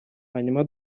hanyuma